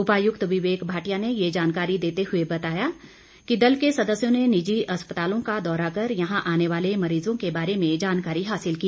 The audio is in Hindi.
उपायुक्त विवेक भाटिया ने ये जानकारी देते हुए बताया कि दल के सदस्यों ने निजी अस्पतालों का दौरा कर यहां आने वाले मरीजों के बारे में जानकारी हासिल की